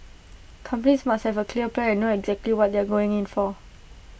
companies must have A clear plan and know exactly what they are going in for